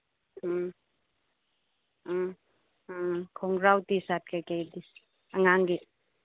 ꯎꯝ ꯎꯝ ꯎꯝ ꯈꯣꯡꯒ꯭ꯔꯥꯎ ꯇꯤ ꯁꯥꯔꯠ ꯀꯔꯤ ꯀꯔꯤꯗꯤ ꯑꯉꯥꯡꯒꯤ